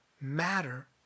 matter